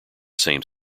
same